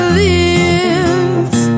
lives